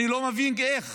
אני לא מבין איך,